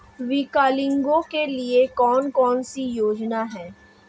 विकलांगों के लिए कौन कौनसी योजना है?